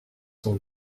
sont